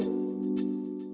to